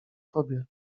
tobie